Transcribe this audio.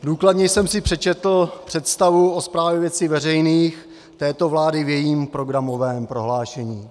Důkladně jsem si přečetl představu o správě věcí veřejných této vlády v jejím programovém prohlášení.